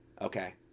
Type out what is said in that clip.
okay